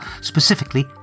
specifically